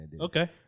Okay